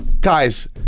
guys